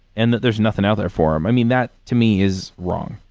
and that there's nothing out there for them. i mean, that to me is wrong.